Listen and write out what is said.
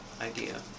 idea